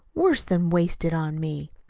worse than wasted on me!